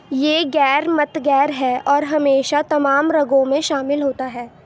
یہ غیر متغیر ہے اور ہمیشہ تمام رگوں میں شامل ہوتا ہے